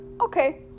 Okay